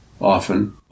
often